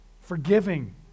forgiving